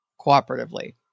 cooperatively